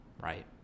right